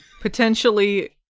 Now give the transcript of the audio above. potentially